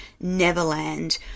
neverland